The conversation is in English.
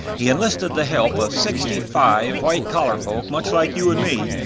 he enlisted the help of sixty-five white-collar folk, much like you and me,